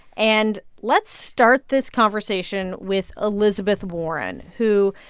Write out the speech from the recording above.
and let's start this conversation with elizabeth warren, who,